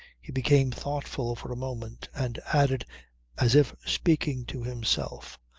he became thoughtful for a moment and added as if speaking to himself,